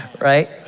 right